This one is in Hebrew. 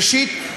ראשית,